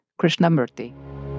Krishnamurti